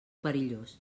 perillós